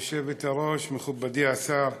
היושבת-ראש, מכובדי השר,